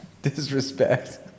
Disrespect